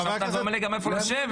עכשיו אתה תגיד לי גם איפה לשבת.